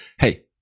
hey